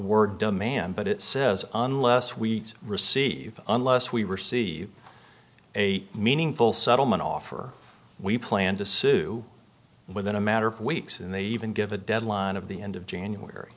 word demand but it says unless we receive unless we receive a meaningful settlement offer we plan to sue within a matter of weeks and they even give a deadline of the end of january